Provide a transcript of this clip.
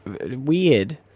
weird